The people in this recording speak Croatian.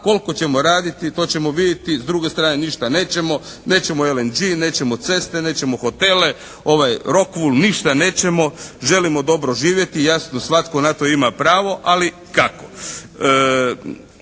koliko ćemo raditi to ćemo vidjeti, s druge strane ništa nećemo. Nećemo "LNG", nećemo ceste, nećemo hotele, … /Govornik se ne razumije./ … ništa nećemo, želimo dobro živjeti. Jasno, svatko na to ima pravo ali kako?